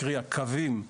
קרי הקווים,